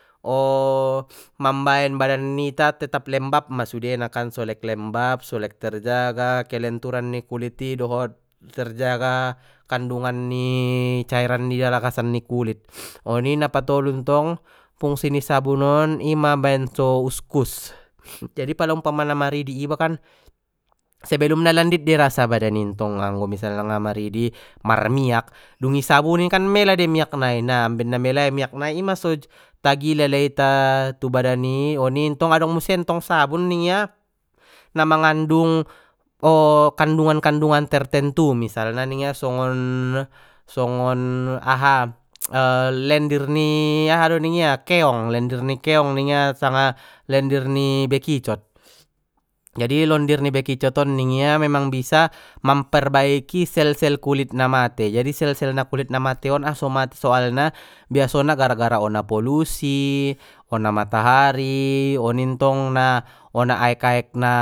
o mambaen badan nita tetap lembabma sudena kan so lek lembab so lek terjaga kelenturan ni kuliti dohot terjaga kandungan cairan ni bagasan ni kulit oni na patolu ntong fungsi ni sabun on ima so uskus jadi pala umpamana maridi iba kan sebelumna landit dei irasa badan ntong anggo misalna nga maridi marmiak dung i sabuni kan mela dei miak nai na amben na melai miak nai ima so tagi lala ita tu badan i oni ntong adong muse sabun ningia na mangandung o kandungan kandungan tertentu misalna ningia songon songon aha lendir ni aha do ningia keong lendir ni keong ningia sanga lendir ni bekicot jadi londir ni bekicot on ningai memang bisa mam perbaiki sel sel kulit na mate jadi sel sel na kulit na mateon aso mate soalna gara gara ona polusi ona matahari oni ntong na ona aek aek na